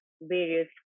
various